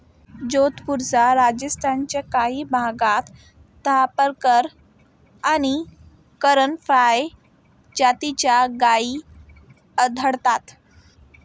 जोधपूरसह राजस्थानच्या काही भागात थापरकर आणि करण फ्राय जातीच्या गायी आढळतात